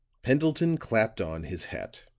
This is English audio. pendleton clapped on his hat.